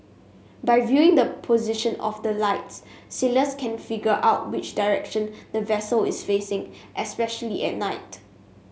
by viewing the position of the lights sailors can figure out which direction the vessel is facing especially at night